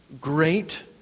great